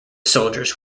soldiers